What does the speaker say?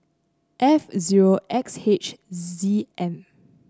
F zero X H Z M